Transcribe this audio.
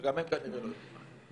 שגם הם כנראה לא יודעים מה הם,